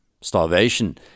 Starvation